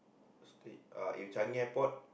street uh if Changi Airport